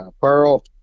Pearl